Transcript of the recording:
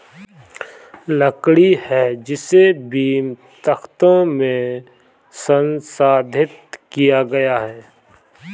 लकड़ी है जिसे बीम, तख्तों में संसाधित किया गया है